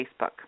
Facebook